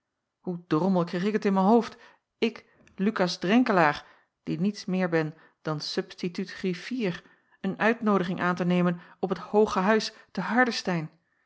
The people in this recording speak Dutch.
hoe drommel kreeg ik het in mijn hoofd ik lukas drenkelaer die niets meer ben dan substituut griffier een uitnoodiging aan te nemen op het hooge huis te